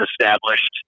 established